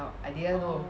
oh